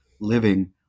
living